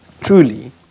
truly